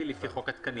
שלום לכולם.